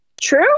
True